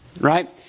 Right